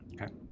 Okay